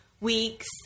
weeks